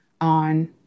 on